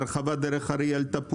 הרחבת דרך אריאל-תפוח,